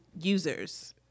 users